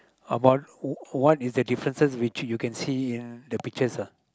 how about who who what is that differences which you can see the pictures